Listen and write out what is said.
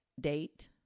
date